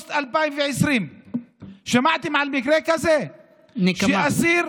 אוגוסט 2020. שמעתם על מקרה כזה, נקמה.